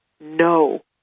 no